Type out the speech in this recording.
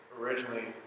originally